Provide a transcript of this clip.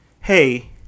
Hey